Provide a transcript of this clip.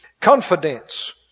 Confidence